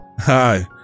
Hi